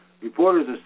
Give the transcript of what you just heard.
Reporters